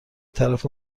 طرف